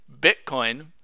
Bitcoin